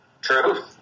True